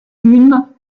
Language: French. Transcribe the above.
une